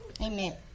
Amen